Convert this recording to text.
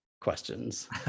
questions